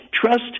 trust